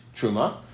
truma